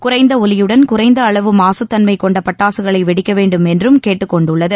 குறைந்த ஒலிபுடனும் குறைந்த அளவு மாசுத்தன்மை கொண்ட பட்டாசுகளை வெடிக்க வேண்டும் என்றும் கேட்டுக்கொண்டுள்ளது